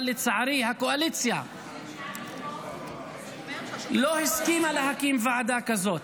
אבל לצערי הקואליציה לא הסכימה להקים ועדה כזאת,